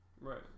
Right